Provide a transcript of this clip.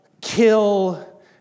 kill